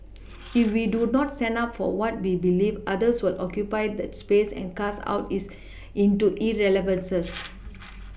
if we do not stand up for what we believe others will occupy that space and cast out is into irrelevances